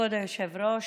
כבוד היושב-ראש,